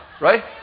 Right